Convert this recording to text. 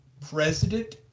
President